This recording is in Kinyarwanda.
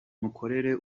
mukorere